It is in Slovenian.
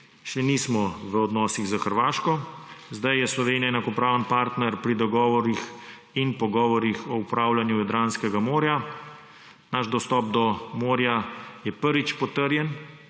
še nismo v odnosih s Hrvaško. Sedaj je Slovenija enakopraven partner pri dogovorih in pogovorih o upravljanju Jadranskega morja. Naš dostop do morja je prvič potrjen